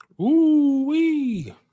Ooh-wee